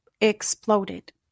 exploded